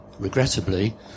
Regrettably